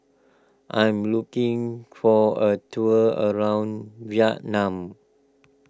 I am looking for a tour around Vietnam